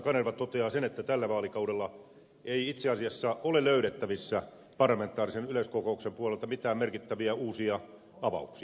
kanerva toteaa sen että tällä vaalikaudella ei itse asiassa ole löydettävissä parlamentaarisen yleiskokouksen puolelta mitään merkittäviä uusia avauksia